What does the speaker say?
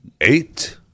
Eight